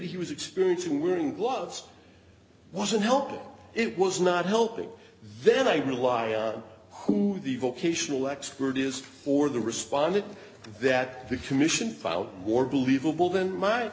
he was experiencing wearing gloves wasn't helping it was not helping then they rely on who the vocational expert is or the responded that the commission filed more believable than m